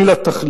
אין לה תחליף.